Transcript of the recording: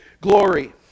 glory